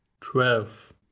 twelve